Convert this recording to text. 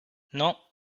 non